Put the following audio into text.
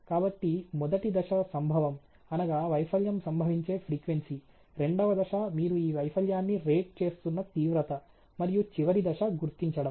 కాబట్టి మొదటి దశ సంభవం అనగా వైఫల్యం సంభవించే ఫ్రీక్వెన్సీ రెండవ దశ మీరు ఈ వైఫల్యాన్ని రేట్ చేస్తున్న తీవ్రత మరియు చివరి దశ గుర్తించడం